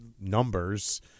numbers